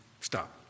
stop